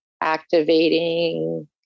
activating